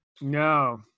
No